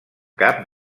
cap